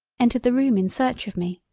entered the room in search of me.